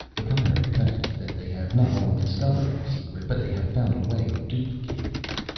the primary fact is that they have not only discovered our secret, but they have found a way of duplicating it.